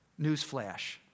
Newsflash